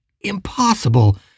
impossible